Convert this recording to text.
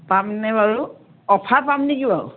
পামনে বাৰু অফাৰ পাম নেকি বাৰু